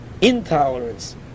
Intolerance